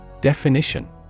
Definition